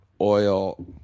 oil